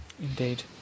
Indeed